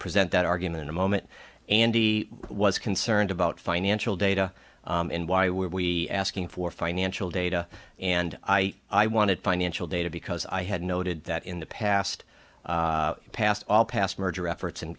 present that argument a moment and he was concerned about financial data and why were we asking for financial data and i i wanted financial data because i had noted that in the past past all past merger efforts